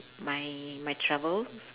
my my travel